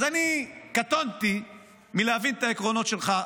אז אני קטונתי מלהבין את העקרונות שלך,